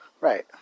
Right